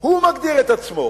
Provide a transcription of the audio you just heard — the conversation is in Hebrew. הוא מגדיר את עצמו